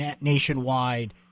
nationwide